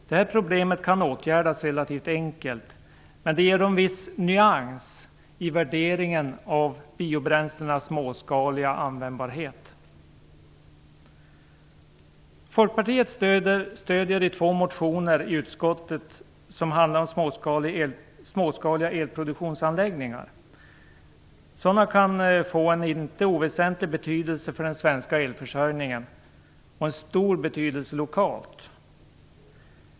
Detta problem kan åtgärdas relativt enkelt men ger en viss nyans i värderingen av biobränslenas småskaliga användbarhet. Folkpartiet stödjer i utskottet två motioner som handlar om småskaliga elproduktionsanläggningar. Sådana kan få en inte oväsentlig betydelse för den svenska elförsörjningen och stor betydelse lokalt.